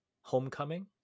Homecoming